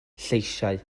lleisiau